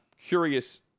curious